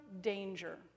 danger